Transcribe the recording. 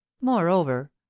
moreover